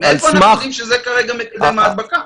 מאיפה אנחנו יודעים שזה כרגע מקדם הדבקה?